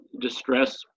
distress